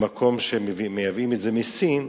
את מה שמייבאים מסין,